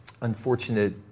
unfortunate